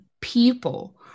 people